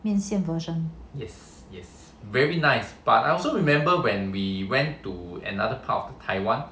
面线 version